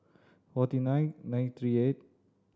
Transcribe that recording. forty nine nine three eight